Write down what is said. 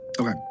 Okay